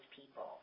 people